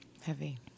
Heavy